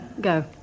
go